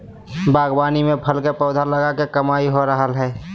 बागवानी में फल के पौधा लगा के कमाई हो रहल हई